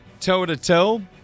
toe-to-toe